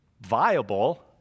viable